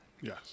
Yes